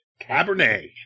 Cabernet